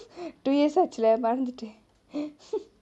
two years ஆச்சுலே மறந்துட்டே:aachulae maranthutae